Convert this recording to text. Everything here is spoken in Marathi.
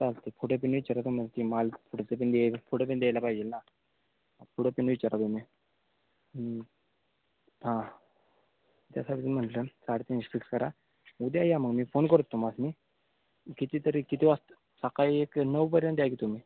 चालते पुढं तुम्ही विचारा तुम्ही की माल पुढं पण द्यायला पाहिजेल ना पुढं तुम्ही विचारा तुम्ही हां त्यासाठी म्हटलं साडे तीनशे फिक्स करा उद्या या मग मी फोन करतो तुम्हासनी किती तरी किती वाजता सकाळी एक नऊपर्यंत या की तुम्ही